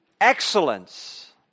excellence